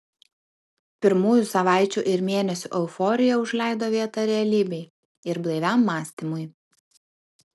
pirmųjų savaičių ir mėnesių euforija užleido vietą realybei ir blaiviam mąstymui